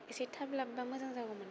इसे थाब लाबोबा मोजां जागौमोन